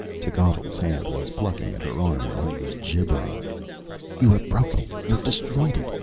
techotl's hand was plucking at her arm and he was gibbering you have broken it! you have destroyed it!